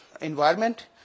environment